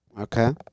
Okay